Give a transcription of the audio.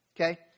okay